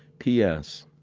p s